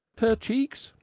her cheeks!